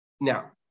now